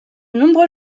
nombreux